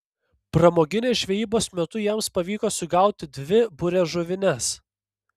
pramoginės žvejybos metu jiems pavyko sugauti dvi buriažuvines